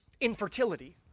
infertility